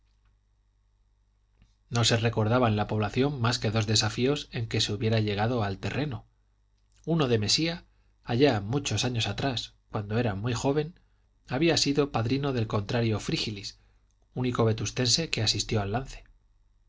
no se recordaba en la población más que dos desafíos en que se hubiera llegado al terreno uno de mesía allá muchos años atrás cuando era muy joven había sido padrino del contrario frígilis único vetustense que asistió al lance